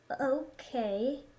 Okay